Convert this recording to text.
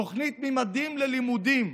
התוכנית ממדים ללימודים,